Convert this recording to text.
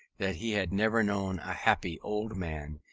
that he had never known a happy old man,